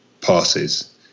passes